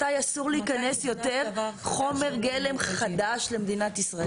מתי אסור להכניס יותר חומר גלם חדש למדינת ישראל.